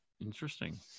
interesting